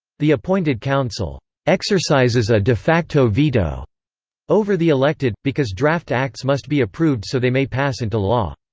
the appointed council exercises a de facto veto over the elected, because draft acts must be approved so they may pass into law.